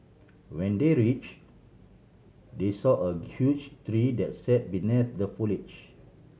when they reach they saw a huge tree that sat beneath the foliage